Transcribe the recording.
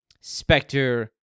Spectre